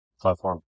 platform